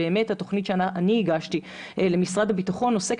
התוכנית שאני הגשתי למשרד הביטחון עוסקת